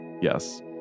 Yes